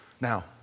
Now